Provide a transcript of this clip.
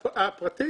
הפרטית.